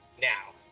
now